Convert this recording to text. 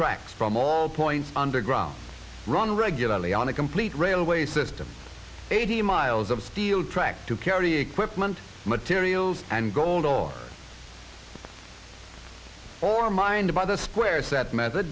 tracks from all points underground run regularly on a complete railway system eighty miles of steel track to carry equipment materials and gold or or mined by the square set method